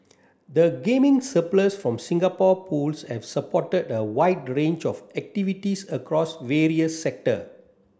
the gaming surplus from Singapore Pools have supported a wide range of activities across various sector